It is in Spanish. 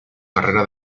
carrera